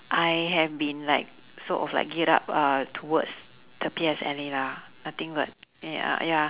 I have been like sort of like geared up uh towards the P_S_L_E lah nothing but ya ya